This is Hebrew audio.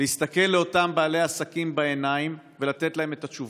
להסתכל לאותם בעלי עסקים בעיניים ולתת להם את התשובות.